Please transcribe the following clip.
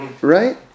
Right